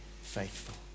faithful